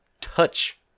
touch